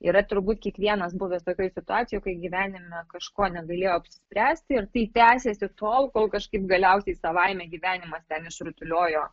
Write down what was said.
yra turbūt kiekvienas buvęs tokioj situacijoj kai gyvenime kažko negalėjo apsispręsti ir tai tęsiasi tol kol kažkaip galiausiai savaime gyvenimas ten išrutuliojo